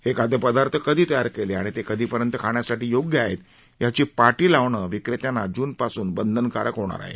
हे खाद्यपदार्थ कधी तयार केले आणि ते कधीपर्यंत खाण्यासाठी योग्य आहेत अशी पाटी लावणे विक्रेत्यांना जूनपासून बंधनकारक होणार आहे